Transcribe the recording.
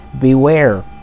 Beware